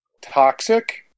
Toxic